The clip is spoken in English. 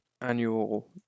Annual